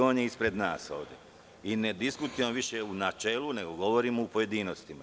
On je ispred nas ovde i ne diskutujemo više u načelu, nego govorimo u pojedinostima.